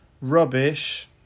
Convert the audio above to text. rubbish